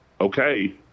okay